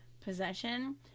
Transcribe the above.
possession